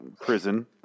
prison